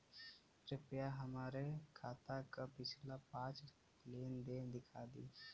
कृपया हमरे खाता क पिछला पांच लेन देन दिखा दी